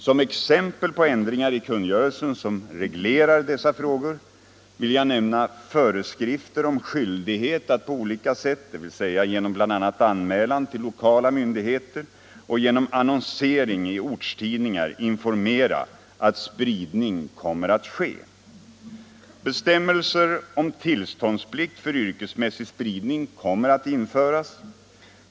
Som exempel på ändringar i kungörelsen som reglerar dessa frågor vill jag nämna föreskrifter om skyldighet att på olika sätt, dvs. genom bl.a. anmälan till lokala myndigheter och genom annonsering i ortstidningar, informera om att spridning kommer att ske. Bestämmelser om tillståndsplikt för yrkesmässig spridning kommer att införas.